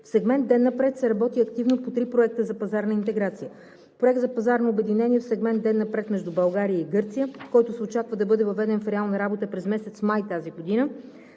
В сегмент „Ден напред“ се работи активно по три проекта за пазарна интеграция – Проект за пазарно обединение в сегмент „Ден напред“ между България и Гърция, който се очаква да бъде въведен в реална работа през месец май тази година.